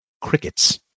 Crickets